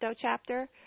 chapter